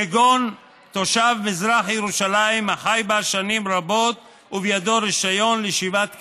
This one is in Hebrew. כגון תושב מזרח ירושלים החי בה שנים רבות ובידו רישיון לישיבת קבע."